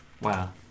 wow